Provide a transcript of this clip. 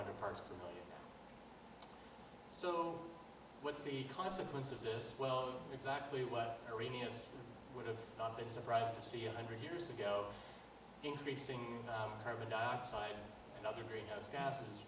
hundred parts so what's the consequence of this well exactly what radius would have been surprised to see a hundred years ago increasing carbon dioxide and other greenhouse gases